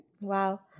Wow